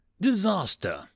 Disaster